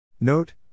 Note